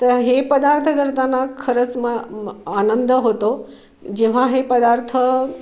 तर हे पदार्थ करताना खरंच म म आनंद होतो जेव्हा हे पदार्थ